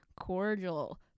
cordial